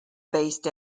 based